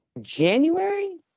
January